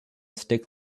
stick